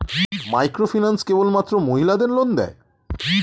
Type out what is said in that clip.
Microfinance কেবলমাত্র মহিলাদের loan দেয়?